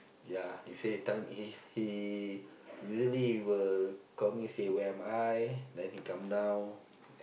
ya he said time he he usally will call me say where am I then he come down